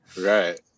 Right